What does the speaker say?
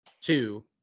two